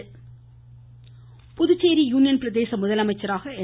புதுச்சோி இதனிடையே புதுச்சேரி யூனியன் பிரதேச முதலமைச்சராக என்